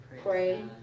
pray